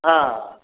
ହଁ